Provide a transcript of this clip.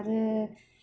आरो